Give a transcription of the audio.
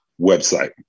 website